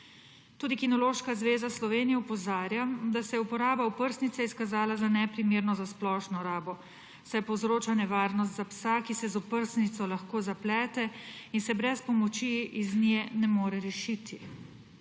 Tudi Kinološka zveza Slovenije opozarja, da se je uporaba oprsnice izkazala za neprimerno za splošno rabo, saj povzroča nevarnost za psa, ki se z oprsnico lahko zaplete in se brez pomoči iz nje ne more rešiti.